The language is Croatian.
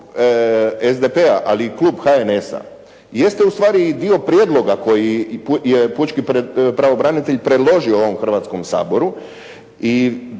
SDP-a, ali i klub HNS-a jeste ustvari i dio prijedloga koji je pučki pravobranitelj predložio ovom Hrvatskom saboru i